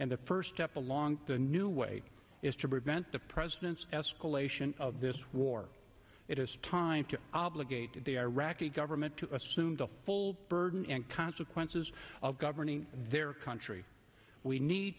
and the first step along the new way is to prevent the president's escalation of this war it is time to obligated the iraqi government to assume the full burden and consequences of governing their country we need